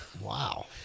Wow